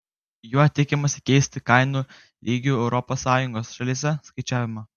juo tikimasi keisti kainų lygių europos sąjungos šalyse skaičiavimą